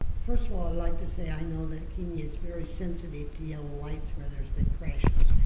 first of all, i'd like to say i know that kini is very sensitive to yellow lights where there's been crashes.